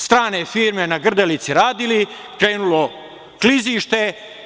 Strane firme na Grdelici radile, krenulo klizište.